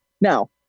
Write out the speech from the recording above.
Now